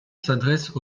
s’adresse